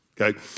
okay